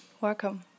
Welcome